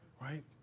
Right